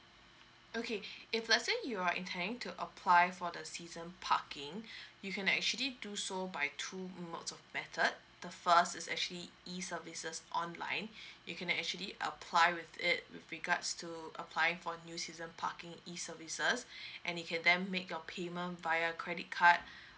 okay if let's say you are intending to apply for the season parking you can actually do so by two modes of method the first is actually e services online you can actually apply with it with regards to applying for new season parking e services and you can then make your payment via credit card